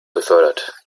befördert